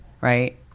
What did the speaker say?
right